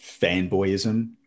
fanboyism